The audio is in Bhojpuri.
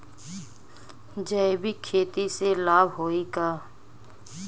जैविक खेती से लाभ होई का?